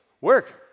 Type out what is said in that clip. work